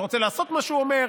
אתה רוצה לעשות מה שהוא אומר?